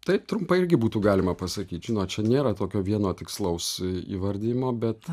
taip trumpai irgi būtų galima pasakyt žinot čia nėra tokio vieno tikslaus įvardijimo bet